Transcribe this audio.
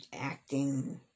acting